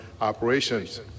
operations